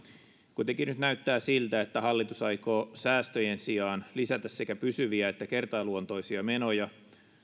kuitenkin nyt näyttää siltä että hallitus aikoo säästöjen sijaan lisätä sekä pysyviä että kertaluontoisia menoja